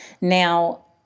Now